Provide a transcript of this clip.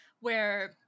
where-